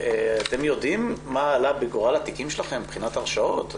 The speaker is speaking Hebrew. אתם יודעים מה עלה בגורל התיקים שלכם מבחינת הרשעות?